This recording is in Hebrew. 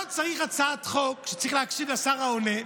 כמו שברור שלא צריך הצעת חוק כדי להקשיב לשר העונה,